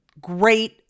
great